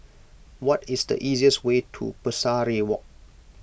what is the easiest way to Pesari Walk